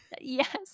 Yes